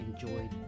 enjoyed